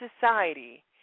society